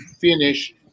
finish